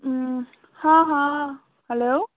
ہاں ہاں ہٮ۪لو